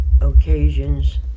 occasions